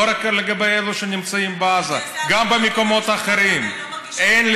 כי גם פה אני שומע, אבל זה מה שאמרתי, אגב, אדוני